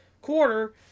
quarter